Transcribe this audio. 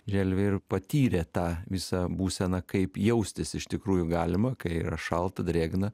želvį ir patyrė tą visą būseną kaip jaustis iš tikrųjų galima kai yra šalta drėgna